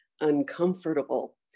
uncomfortable